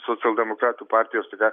socialdemokratų partijos tokia